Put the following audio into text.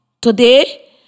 Today